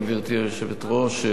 גברתי היושבת-ראש,